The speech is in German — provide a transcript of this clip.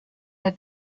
der